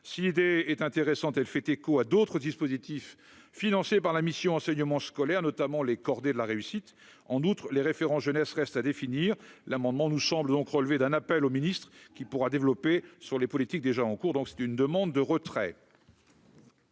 si l'idée est intéressante, elle fait écho à d'autres dispositifs financés par la mission enseignement scolaire notamment les cordées de la réussite en outre les référents jeunesse reste à définir l'amendement nous semble donc relever d'un appel au ministre qui pourra développer sur les politiques déjà en cours, donc c'est une demande de retrait.